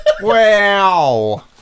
Wow